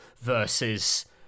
versus